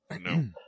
No